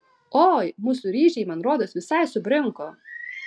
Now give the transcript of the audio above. oi mūsų ryžiai man rodos visai subrinko